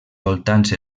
voltants